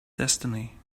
destiny